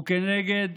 הוא כנגד